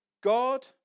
God